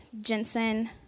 Jensen